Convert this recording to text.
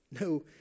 no